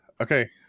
Okay